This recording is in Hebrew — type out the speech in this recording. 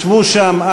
ישבו שם,